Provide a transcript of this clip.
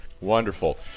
Wonderful